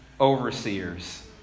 overseers